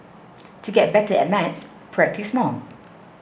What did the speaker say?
to get better at maths practise more